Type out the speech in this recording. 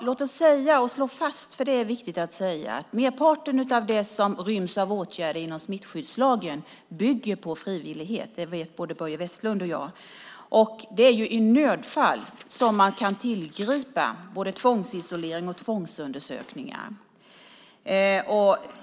Herr talman! Det är viktigt att säga att merparten av det som ryms av åtgärder inom smittskyddslagen bygger på frivillighet. Det vet både Börje Vestlund och jag. Det är i nödfall man kan tillgripa tvångsisolering och tvångsundersökningar.